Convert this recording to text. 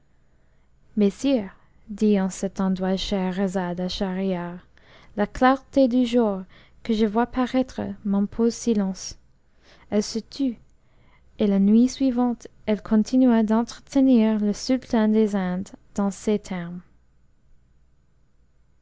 sire dit en cet endroit scheherazade à schahriar la clarté du jour que je vois paraître m'impose silence elle se tut et la nuit suivante elle continua d'entretenir le sultan des indes dans ces termes